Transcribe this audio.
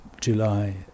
July